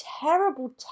Terrible